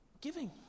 Giving